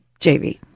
jv